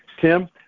Tim